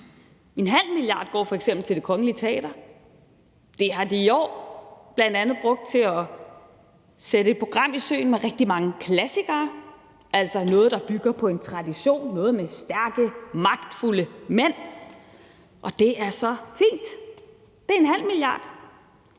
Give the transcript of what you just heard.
En halv milliard går f.eks. til Det Kongelige Teater. De penge har de i år bl.a. brugt til at sætte et program i søen med rigtig mange klassikere, altså noget, der bygger på en tradition, noget med stærke, magtfulde mænd – og det er så fint. Det er en halv milliard.